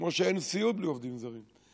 כמו שאין סיעוד בלי עובדים זרים,